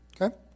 Okay